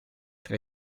tra